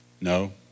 no